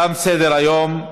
תם סדר-היום.